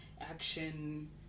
action